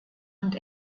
und